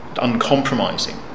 uncompromising